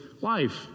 life